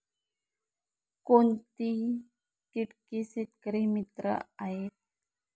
कोणती किटके शेतकरी मित्र आहेत?